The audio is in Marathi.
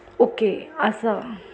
ओके असं